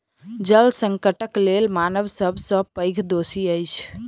जल संकटक लेल मानव सब सॅ पैघ दोषी अछि